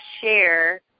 share